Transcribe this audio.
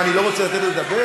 מה, אני לא רוצה לתת לדבר?